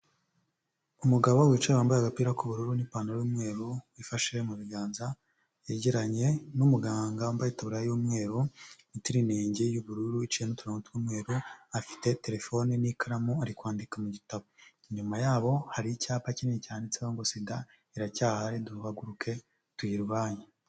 Umugabo wicaye wambaye agapira k'uburu n'ipantaro y'umweru wifashe mu biganza, yegeranye n'umuganga wambaye itaburiye y'umweru n'itiriningi y'ubururu iciyemo uturongo tw'umweru afite telefone n'ikaramu ari kwandika mu gitabo. Inyuma yabo hari icyapa kinini cyane cyanditseho ngo SIDA iracyahari duhaguruke tuyirwanye.